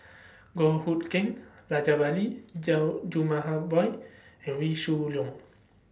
Goh Hood Keng Rajabali and Wee Shoo Leong